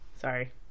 Sorry